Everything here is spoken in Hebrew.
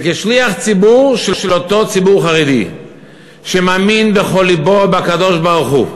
וכשליח ציבור של אותו ציבור חרדי שמאמין בכל לבו בקדוש-ברוך-הוא,